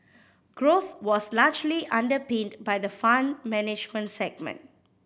growth was largely underpinned by the Fund Management segment